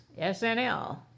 SNL